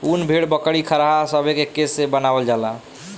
उन भेड़, बकरी, खरहा सभे के केश से बनावल जाला